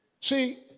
See